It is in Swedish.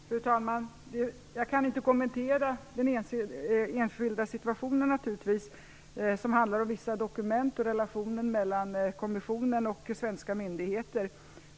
Fru talman! Jag kan naturligtvis inte kommentera den enskilda situationen som handlar om vissa dokument och relationen mellan kommissionen och svenska myndigheter.